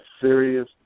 serious